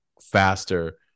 faster